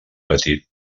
petit